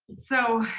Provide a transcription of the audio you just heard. so,